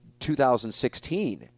2016